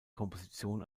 komposition